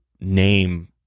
name